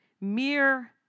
Mere